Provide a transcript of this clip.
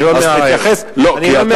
אז תתייחס, אני לא מערער.